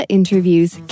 interviews